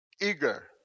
eager